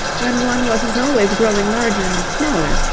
when one wasn't always growing larger and smaller,